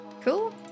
Cool